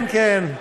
כן, כן.